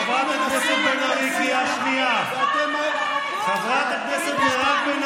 (חבר הכנסת נאור שירי יוצא מאולם המליאה.) חבר הכנסת אלמוג כהן,